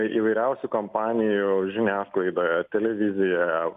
įvairiausių kampanijų žiniasklaidoje televizijoje